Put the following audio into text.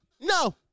no